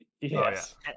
yes